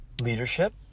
leadership